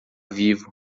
vivo